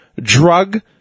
drug